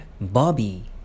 Bobby